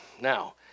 Now